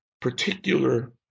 particular